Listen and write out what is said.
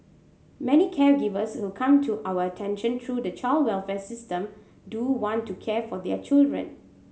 many caregivers who come to our attention through the child welfare system do want to care for their children